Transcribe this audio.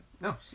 No